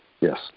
Yes